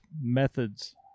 methods